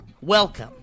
Welcome